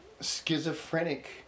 schizophrenic